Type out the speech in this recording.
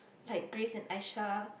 like Grace and Aisha